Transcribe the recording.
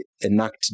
enact